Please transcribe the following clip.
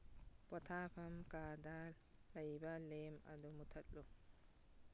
ꯄꯣꯊꯥꯐꯝ ꯀꯥꯗ ꯂꯩꯕ ꯂꯦꯝ ꯑꯗꯨ ꯃꯨꯊꯠꯂꯨ